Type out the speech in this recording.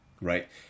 Right